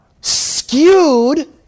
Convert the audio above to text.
skewed